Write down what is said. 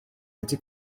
wedi